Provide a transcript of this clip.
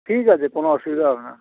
ঠিক আছে কোনো অসুবিধা হবে না